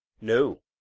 No